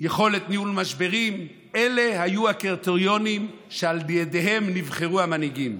ויכולת ניהול משברים היו הקריטריונים שעל פיהם נבחרו המנהיגים.